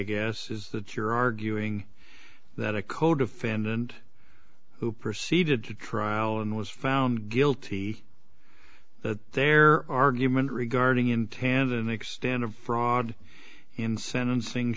guess is that you're arguing that a codefendant who proceeded to trial and was found guilty that their argument regarding intanon extent of fraud in sentencing